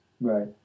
Right